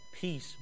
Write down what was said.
peace